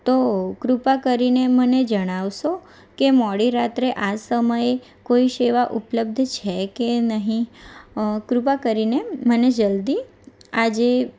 તો કૃપા કરીને મને જણાવશો કે મોડી રાત્રે આ સમયે કોઈ સેવા ઉપલબ્ધ છે કે નહીં કૃપા કરીને મને જલ્દી આજે